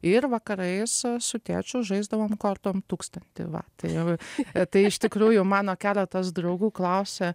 ir vakarais su tėčiu žaisdavom kortom tūkstantį va tai v tai iš tikrųjų mano keletas draugų klausė